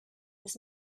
this